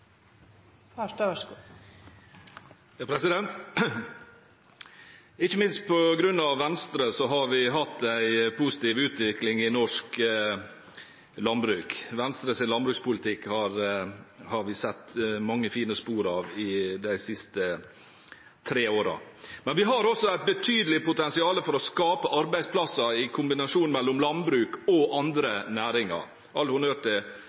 har vi hatt en positiv utvikling i norsk landbruk. Venstres landbrukspolitikk har vi sett mange fine spor av de siste tre årene, men vi har også et betydelig potensial for å skape arbeidsplasser i kombinasjon mellom landbruk og andre næringer – all honnør